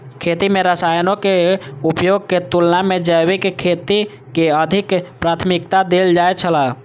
खेती में रसायनों के उपयोग के तुलना में जैविक खेती के अधिक प्राथमिकता देल जाय छला